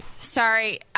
Sorry